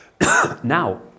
now